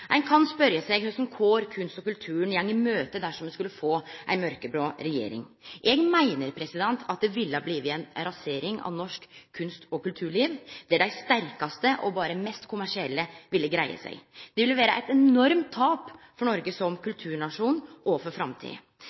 Ein kan spørje seg kva for kår kunsten og kulturen går i møte dersom me skulle få ei mørkeblå regjering. Eg meiner det ville ha blitt ei rasering av norsk kunst- og kulturliv, der berre dei sterkaste og mest kommersielle ville greie seg. Det ville ha vore eit enormt tap for Noreg som kulturnasjon, og for framtida.